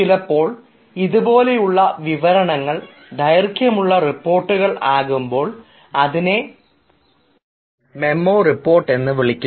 ചിലപ്പോൾ ഇതുപോലുള്ള വിവരണങ്ങൾ ദൈർഘ്യമുള്ള റിപ്പോർട്ടുകൾ ആകുമ്പോൾ അതിനെ മെമ്മോ റിപ്പോർട്ട് എന്ന് വിളിക്കും